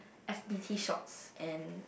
F_B_T shorts and